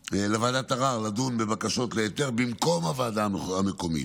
לדון בבקשות להיתר במקום הוועדה המקומית,